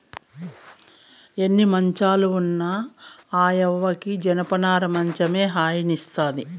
ఎన్ని మంచాలు ఉన్న ఆ యవ్వకి జనపనార మంచమే హాయినిస్తాది